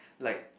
like